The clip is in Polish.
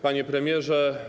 Panie Premierze!